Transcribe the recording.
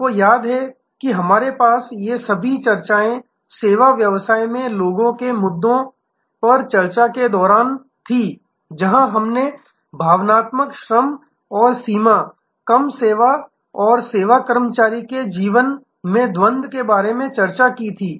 आपको याद है कि हमारे पास ये सभी चर्चाएँ सेवा व्यवसाय में लोगों के मुद्दों पर चर्चा के दौरान थीं जहाँ हमने भावनात्मक श्रम और सीमा कम सेवा और सेवा कर्मचारी के जीवन में द्वंद्व के बारे में चर्चा की थी